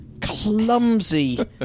clumsy